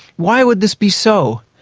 why would this be so?